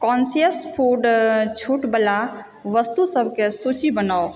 conscious food छूट बला वस्तुसबकेँ सूची बनाउ